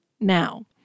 now